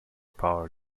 power